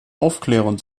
aufklärern